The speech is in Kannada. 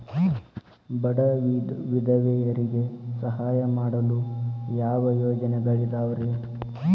ಬಡ ವಿಧವೆಯರಿಗೆ ಸಹಾಯ ಮಾಡಲು ಯಾವ ಯೋಜನೆಗಳಿದಾವ್ರಿ?